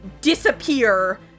disappear